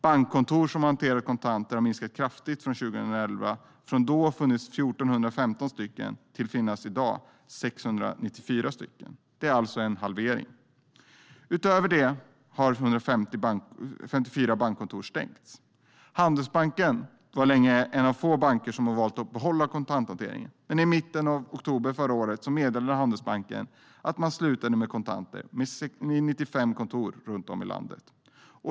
Bankkontor som hanterar kontanter har minskat kraftigt sedan 2011, från 1 415 stycken till 694 stycken i dag. Det är alltså en halvering. Utöver det har 154 bankkontor stängts. Handelsbanken var länge en av få banker som valde att behålla kontanthanteringen. Men i mitten av oktober förra året meddelade Handelsbanken att de skulle sluta med kontanter vid 95 kontor runt om i landet.